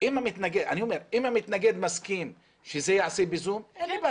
אם המתנגד מסכים שזה ייעשה ב"זום", אין לי בעיה.